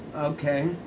Okay